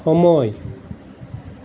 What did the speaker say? সময়